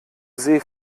see